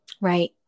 Right